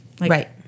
Right